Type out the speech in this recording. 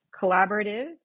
collaborative